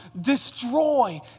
destroy